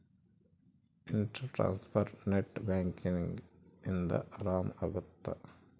inter transfer net banking ಇಂದ ಆರಾಮ ಅಗುತ್ತ